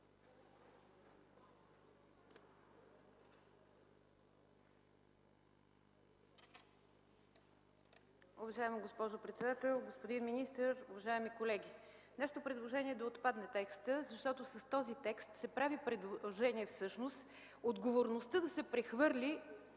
Уважаема госпожо председател, господин министър, уважаеми колеги! Нашето предложение е да отпадне текстът, защото с този текст всъщност се прави предложение отговорността да се прехвърли